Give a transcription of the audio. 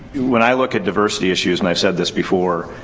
when i look at diversity issues, and i've said this before,